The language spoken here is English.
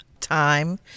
time